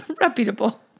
reputable